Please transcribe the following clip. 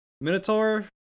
Minotaur